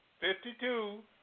fifty-two